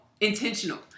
intentional